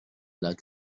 like